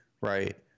Right